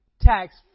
tax